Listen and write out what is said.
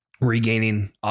Regaining